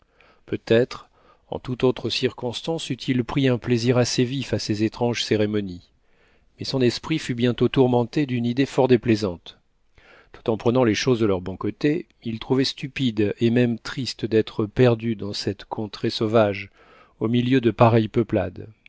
peut-être en toute autre circonstance eût-il pris un plaisir assez vif à ces étranges cérémonies mais son esprit fut bientôt tourmenté d'une idée fort déplaisante tout en prenant les choses de leur bon côté il trouvait stupide et même triste d'être perdu dans cette contrée sauvage au milieu de pareilles peuplades